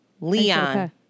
Leon